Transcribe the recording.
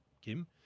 Kim